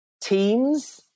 teams